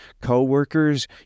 coworkers